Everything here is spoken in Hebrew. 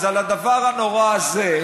אז על הדבר הנורא הזה,